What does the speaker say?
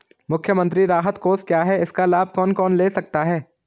मुख्यमंत्री राहत कोष क्या है इसका लाभ कौन कौन ले सकता है?